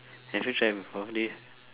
have you tried before do you